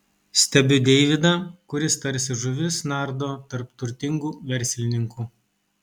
stebiu deividą kuris tarsi žuvis nardo tarp turtingų verslininkų